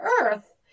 Earth